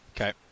Okay